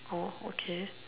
oh okay